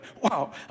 Wow